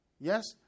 Yes